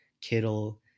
Kittle